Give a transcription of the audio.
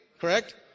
Correct